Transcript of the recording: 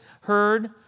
heard